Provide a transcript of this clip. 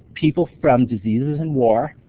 people from diseases and war,